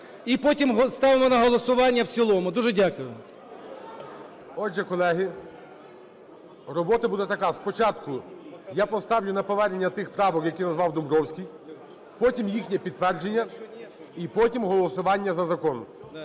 І потім ставимо на голосування в цілому. Дуже дякую. ГОЛОВУЮЧИЙ. Отже, колеги, робота буде така: спочатку я поставлю на повернення тих правок, які назвав Домбровський, потім їхнє підтвердження, і потім голосування за закон.